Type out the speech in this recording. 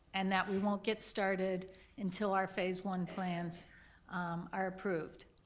and that we won't get started until our phase one plans are approved.